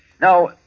Now